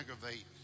aggravate